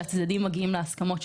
שבהם הצדדים מגיעים להסכמות,